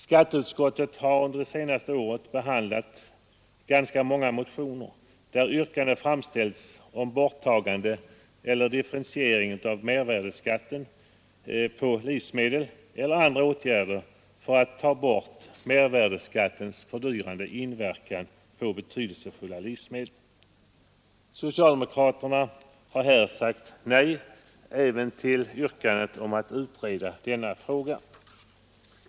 Skatteutskottet har under det senaste året behandlat ganska många motioner, vari yrkanden framställts om borttagande eller differentiering av mervärdeskatten på livsmedel eller andra åtgärder för att ta bort mervärdeskattens fördyrande inverkan på betydelsefulla livsmedel. Socialdemokraterna har här sagt nej även till yrkandet om att utreda denna fråga.